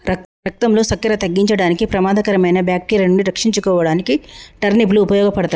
రక్తంలో సక్కెర తగ్గించడానికి, ప్రమాదకరమైన బాక్టీరియా నుండి రక్షించుకోడానికి టర్నిప్ లు ఉపయోగపడతాయి